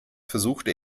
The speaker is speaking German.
versuchte